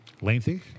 Lengthy